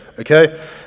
Okay